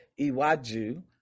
Iwaju